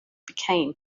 became